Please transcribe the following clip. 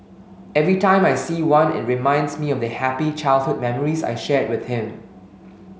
every time I see one it reminds me of the happy childhood memories I shared with him